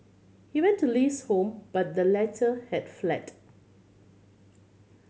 he went to Li's home but the letter had fled